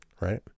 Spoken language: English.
right